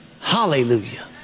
Hallelujah